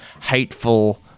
hateful